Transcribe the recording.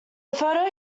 photo